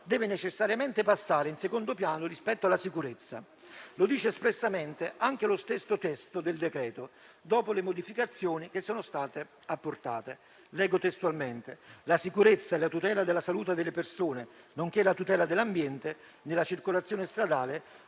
deve necessariamente passare in secondo piano rispetto alla sicurezza: lo dice espressamente anche lo stesso testo del decreto, dopo le modificazioni che sono state apportate. Leggo testualmente: «La sicurezza e la tutela della salute delle persone, nonché la tutela dell'ambiente nella circolazione stradale